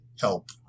help